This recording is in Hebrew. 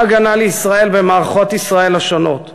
ההגנה לישראל ומערכות ישראל השונות.